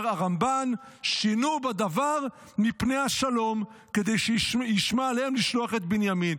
אומר הרמב"ן: "שינו בדבר מפני השלום כדי שישמע אליהם לשלוח אם בנימין".